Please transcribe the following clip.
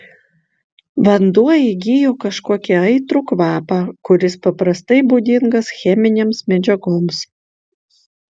vanduo įgijo kažkokį aitrų kvapą kuris paprastai būdingas cheminėms medžiagoms